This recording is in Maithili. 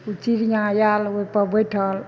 चिड़ियाँ आयल ओइपर बैठल